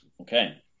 Okay